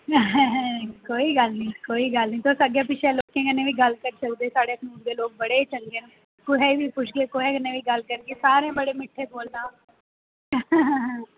तुस पक्का जाएओ